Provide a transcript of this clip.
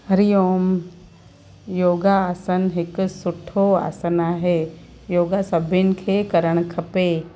हरिओम योगा आसन हिकु सुठो आसन आहे योगा सभिनि खे करणु खपे